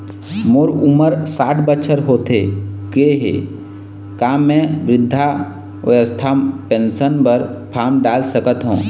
मोर उमर साठ बछर होथे गए हे का म वृद्धावस्था पेंशन पर फार्म डाल सकत हंव?